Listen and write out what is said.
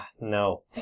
No